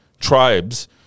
tribes